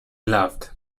laughed